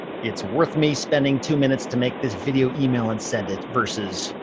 it's worth me spending two minutes to make this video email and send it, versus,